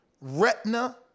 Retina